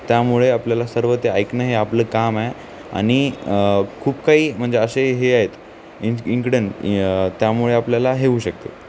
त्यामुळे आपल्याला सर्व ते ऐकणं हे आपलं काम आहे आणि खूप काही म्हणजे असे हे आ आहेत इन इनक्रिडंट त्यामुळे आपल्याला होऊ शकते